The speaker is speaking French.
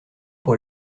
pour